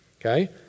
Okay